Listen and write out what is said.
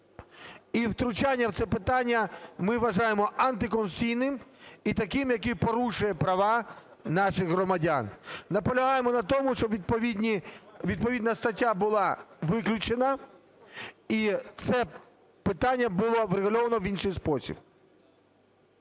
і втручання в це питання ми вважаємо антиконституційним і таким, яке порушує права наших громадян. Наполягаємо на тому, щоб відповідна стаття була виключена і це питання було врегульовано в інший спосіб.